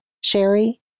Sherry